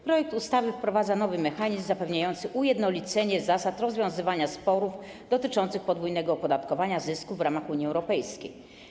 Projekt ustawy wprowadza nowy mechanizm zapewniający ujednolicenie zasad rozwiązywania sporów dotyczących podwójnego opodatkowania zysków w ramach Unii Europejskiej.